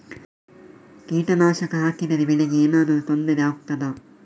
ಕೀಟನಾಶಕ ಹಾಕಿದರೆ ಬೆಳೆಗೆ ಏನಾದರೂ ತೊಂದರೆ ಆಗುತ್ತದಾ?